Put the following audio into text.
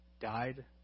died